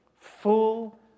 full